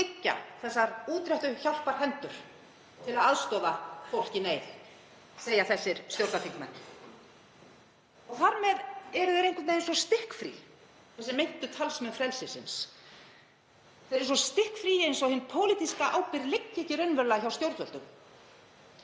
þessar útréttu hjálparhendur til að aðstoða fólk í neyð, segja þessir stjórnarþingmenn. Og þar með eru þeir einhvern veginn stikkfríir, þessir meintu talsmenn frelsisins, eins og hin pólitíska ábyrgð liggi ekki raunverulega hjá stjórnvöldum.